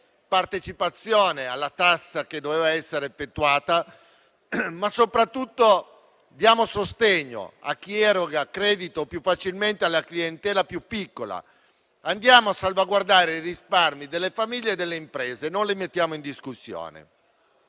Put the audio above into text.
partecipazione alla tassa che doveva essere effettuata; ma soprattutto diamo sostegno a chi eroga credito più facilmente alla clientela più piccola e salvaguardiamo i risparmi delle famiglie e delle imprese e non li mettiamo in discussione.